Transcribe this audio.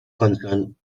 concern